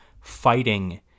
fighting